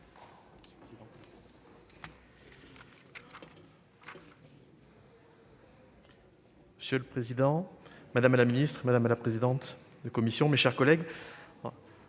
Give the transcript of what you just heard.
Monsieur le président, madame la ministre, madame la présidente de la commission, mes chers collègues,